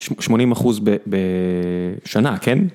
שמונים אחוז בשנה כן.